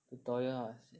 tutorial ah sian